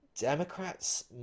Democrats